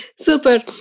super